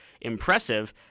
impressive